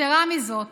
יתרה מזו,